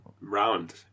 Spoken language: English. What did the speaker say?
round